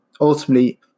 ultimately